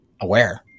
aware